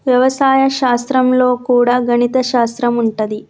వ్యవసాయ శాస్త్రం లో కూడా గణిత శాస్త్రం ఉంటది